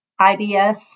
IBS